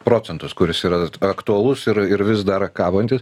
procentus kuris yra aktualus ir ir vis dar kabantis